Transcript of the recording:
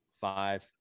Five